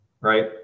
Right